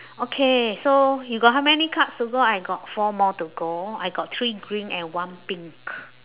okay so you got how many cards to go I got four more to go I got three green and one pink